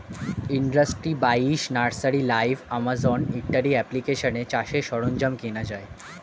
industry বাইশ, nursery live, Amazon ইত্যাদি অ্যাপ্লিকেশানে চাষের সরঞ্জাম কেনা যায়